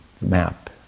map